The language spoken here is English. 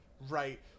right